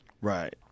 Right